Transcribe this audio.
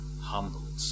humbled